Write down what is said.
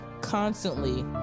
constantly